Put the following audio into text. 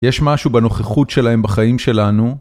יש משהו בנוכחות שלהם בחיים שלנו?